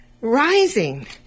rising